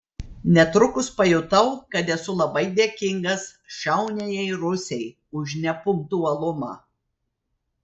netrukus pajutau kad esu labai dėkingas šauniajai rusei už nepunktualumą